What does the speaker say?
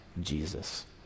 Jesus